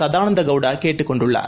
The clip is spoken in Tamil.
சதானந்த கவுடா கேட்டுக் கொண்டுள்ளார்